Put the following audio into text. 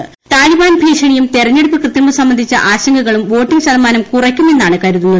Taliban ഭീഷണിയും തെരഞ്ഞെടുപ്പ് കൃത്രിമം സംബന്ധിച്ച ആശ്മകളും വോട്ടിംഗ് ശതമാനം കുറയ്ക്കുമെന്നാണ് കരുതുന്നത്